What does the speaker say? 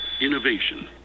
Innovation